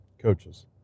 coaches